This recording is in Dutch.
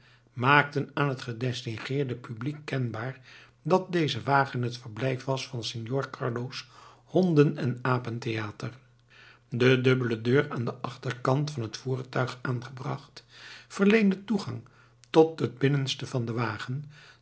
maakten aan het gedistingeerde publiek kenbaar dat deze wagen het verblijf was van signor carlo's honden en apentheater de dubbele deur aan den achterkant van het voertuig aangebracht verleende toegang tot het binnenste van den wagen